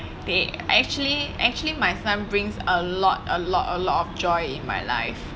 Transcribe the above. they actually actually my son brings a lot a lot a lot of joy in my life